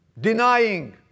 Denying